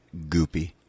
Goopy